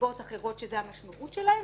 נסיבות אחרות שזה המשמעות שלהן,